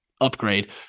upgrade